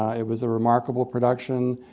it was a remarkable production.